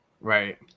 Right